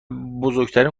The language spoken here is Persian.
بزرگترین